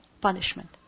punishment